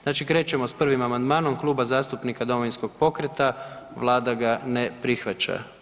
Znači krećemo s 1. amandmanom Kluba zastupnika Domovinskog pokreta Vlada ga ne prihvaća.